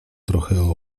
trochę